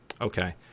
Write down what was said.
Okay